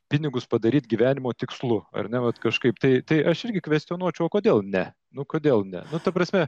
pinigus padaryt gyvenimo tikslu ar ne vat kažkaip tai tai aš irgi kvestionuočiauo kodėl ne nu kodėl ne nu ta prasme